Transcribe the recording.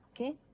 okay